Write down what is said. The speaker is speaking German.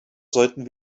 sollten